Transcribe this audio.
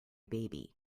baby